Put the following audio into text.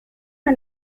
are